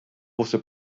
você